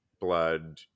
blood